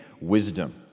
wisdom